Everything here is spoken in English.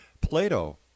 Plato